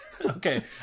Okay